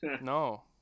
No